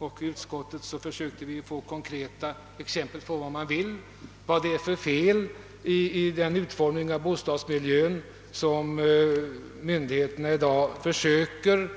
I utskottet försökte vi att ge konkreta exempel på vad folk önskar och vad det är för fel i den utformning av bostadsmiljön som myndigheterna i dag försöker